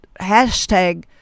hashtag